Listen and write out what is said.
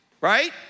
right